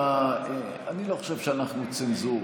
אני לא חושב שאנחנו צנזורה.